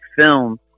film